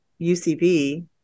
UCB